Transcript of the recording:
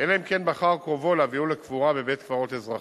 אלא אם כן בחר קרובו להביאו לקבורה בבית-קברות אזרחי.